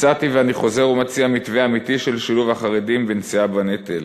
הצעתי ואני חוזר ומציע מתווה אמיתי של שילוב החרדים בנשיאה בנטל: